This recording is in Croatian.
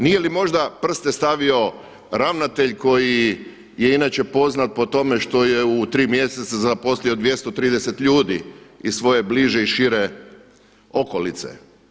Nije li možda prste stavio ravnatelj koji je inače poznat po tome što je u 3 mjeseca zaposlio 230 ljudi iz svoje bliže i šire okolice.